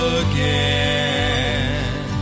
again